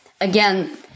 Again